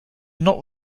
not